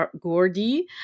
Gordy